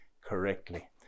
correctly